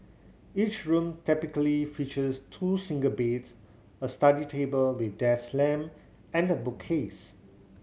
each room typically features two single beds a study table with desk lamp and a bookcase